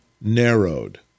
narrowed